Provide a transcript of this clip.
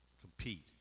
compete